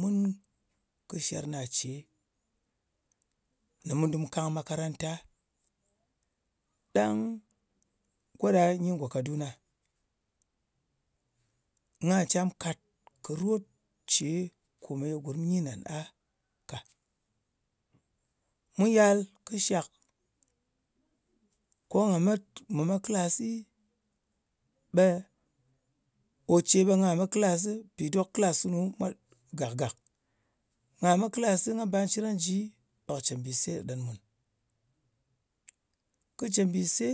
Mun kɨ sherna ce ko ne mu dɨm mu kang makaranta. Ɗang go ɗa nyi ngo kaduna. Nga cam kat kɨ rot ce kome gurm nyin ngan a ka. Mu yal kɨ shak ko mu nga me klasi, ò ce ɓe nga me klasi, mpì dok klas funu gak-gak. Nga me klasi nga ba cir nga ji ɓe kɨ cèt mbìse kɨ ɗen mùn. Kɨ cèt mbìse,